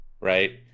right